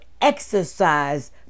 exercise